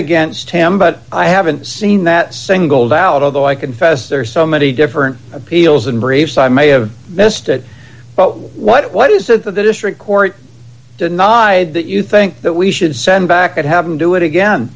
against him but i haven't seen that singled out although i confess there are so many different appeals and briefs i may have missed it but what is it that the district court denied that you think that we should send back and have them do it again